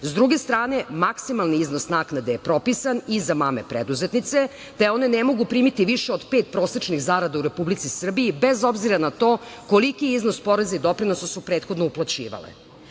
druge strane, maksimalni iznos naknade je propisan i za mame preduzetnice, te one ne mogu primiti više od pet prosečnih zarada u Republici Srbiji bez obzira na to koliki iznos poreza i doprinosa su prethodno uplaćivale. Ajde